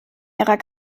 ihrer